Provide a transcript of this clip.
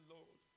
Lord